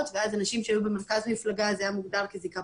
ואז אנשים שהיו במרכז מפלגה זה היה מוגדר כזיקה פוליטית,